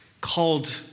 Called